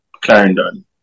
Clarendon